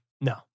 No